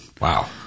Wow